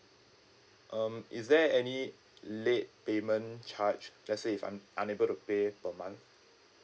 um is there any late payment charge let's say if I'm unable to pay per month